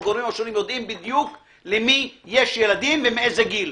הגורמים השונים יודעים בדיוק למי יש ילדים ומאיזה גיל.